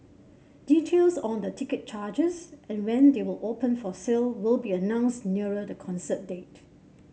details on the ticket charges and when they will open for sale will be announced nearer the concert date